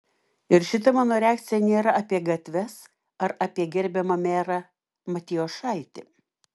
ir šita mano reakcija nėra apie gatves ar apie gerbiamą merą matijošaitį